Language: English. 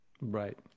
right